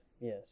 yes